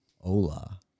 hola